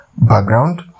background